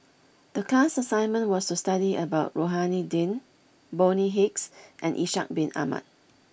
the class assignment was to study about Rohani Din Bonny Hicks and Ishak bin Ahmad